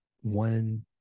one